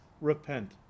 repent